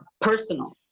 personal